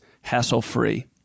hassle-free